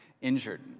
injured